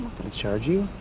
charge you.